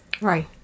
right